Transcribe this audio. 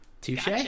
touche